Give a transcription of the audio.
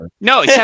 No